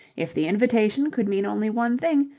if the invitation could mean only one thing,